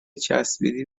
چسبیدی